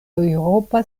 eŭropa